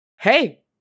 Hey